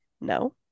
No